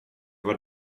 var